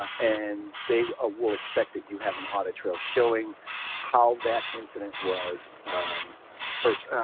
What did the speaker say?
ah and, they ah will expect that you have an audit trail showing how that incident was first,